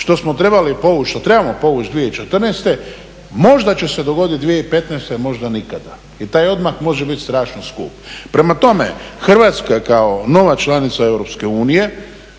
što trebamo povući 2014. možda će se dogoditi 2015. možda nikada i taj odmak može biti strašno skup. Prema tome, Hrvatska kao nova članica EU